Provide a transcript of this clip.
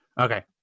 okay